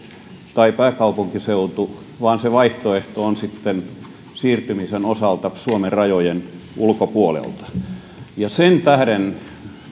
tai pääkaupunkiseutu vaan se vaihtoehto on sitten siirtymisen osalta suomen rajojen ulkopuolella sen tähden